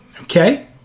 okay